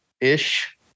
ish